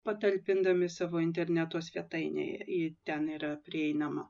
patalpindami savo interneto svetainėje ji ten yra prieinama